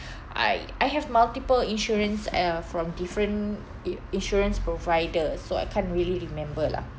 I I have multiple insurance uh from different i~ insurance provider so I can't really remember lah